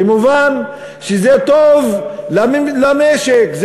במובן שזה טוב למשק,